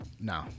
No